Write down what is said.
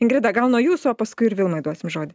ingrida gal nuo jūsų o paskui ir vilmai duosim žodį